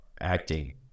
acting